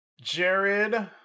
Jared